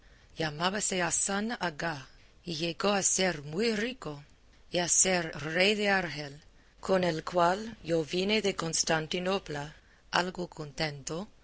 visto llamábase azán agá y llegó a ser muy rico y a ser rey de argel con el cual yo vine de constantinopla algo contento